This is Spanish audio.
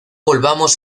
volvamos